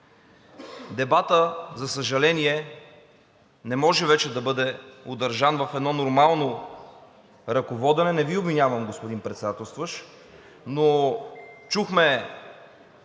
Дебатът, за съжаление, не може вече да бъде удържан в едно нормално ръководене. Не Ви обвинявам, господи Председателстващ, но чухме